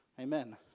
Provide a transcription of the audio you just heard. Amen